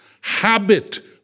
habit